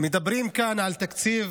מדברים כאן על תקציב